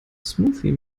smoothie